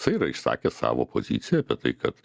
jisai yra išsakęs savo poziciją apie tai kad